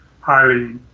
highly